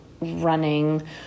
running